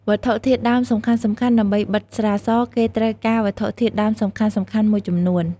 វត្ថុធាតុដើមសំខាន់ៗ ដើម្បីបិតស្រាស គេត្រូវការវត្ថុធាតុដើមសំខាន់ៗមួយចំនួន។